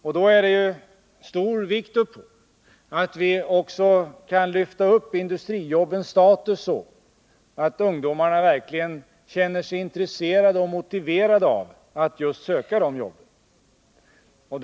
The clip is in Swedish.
Det är då också av stor vikt att vi kan lyfta upp industrijobbens status så att ungdomarna verkligen känner sig intresserade och motiverade att söka just de jobben.